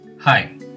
Hi